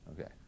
Okay